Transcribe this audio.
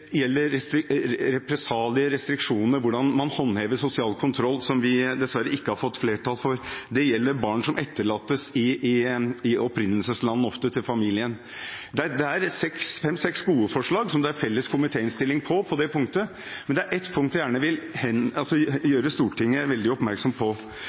gjelder represalier, restriksjoner, hvordan man håndhever sosial kontroll, som vi dessverre ikke har fått flertall for, gjelder barn som etterlates, ofte i opprinnelseslandet til familien. Det er der fem–seks gode forslag som det er felles komitéinnstilling på på det punktet, men det er et punkt jeg gjerne vil gjøre Stortinget veldig oppmerksom på.